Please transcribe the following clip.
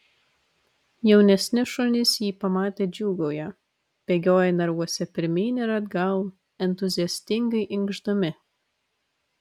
jaunesni šunys jį pamatę džiūgauja bėgioja narvuose pirmyn ir atgal entuziastingai inkšdami